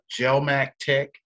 gelmactech